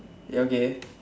ya okay